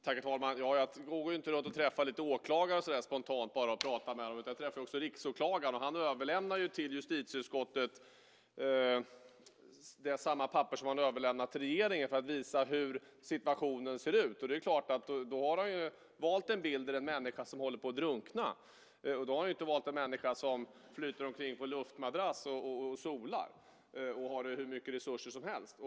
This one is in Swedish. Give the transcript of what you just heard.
Herr talman! Jag åker inte bara runt och träffar åklagare så där spontant och pratar med dem. Jag träffar också riksåklagaren, och han överlämnade till justitieutskottet samma papper som han överlämnade till regeringen för att visa hur situationen ser ut. Det är klart att han då har valt en bild där en människa håller på att drunkna. Han har inte valt en människa som flyter omkring på en luftmadrass och solar och har hur mycket resurser som helst.